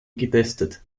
getestet